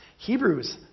Hebrews